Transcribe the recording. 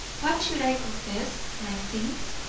what should i confess? my sins?